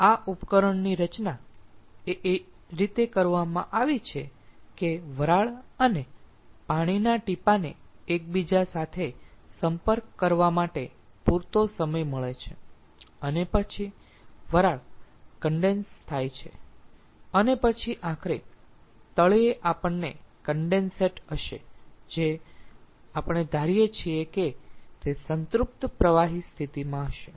આ ઉપકરણની રચના એ રીતે કરવામાં આવી છે કે વરાળ અને પાણીના ટીપાને એકબીજા સાથે સંપર્ક કરવા માટે પૂરતો સમય મળે છે અને પછી વરાળ કન્ડેન્સ થાય છે અને પછી આખરે તળિયે આપણને કન્ડેન્સેટ હશે જે આપણે ધારીએ છીએ કે તે સંતૃપ્ત પ્રવાહી સ્થિતિમાં હશે